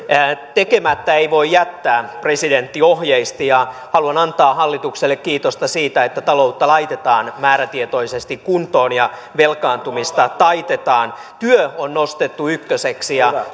tekemättä ei voi jättää presidentti ohjeisti ja haluan antaa hallitukselle kiitosta siitä että taloutta laitetaan määrätietoisesti kuntoon ja velkaantumista taitetaan työ on nostettu ykköseksi ja